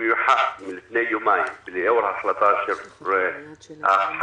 ובמיוחד לפני יומיים לאור ההחלטה על ההקלות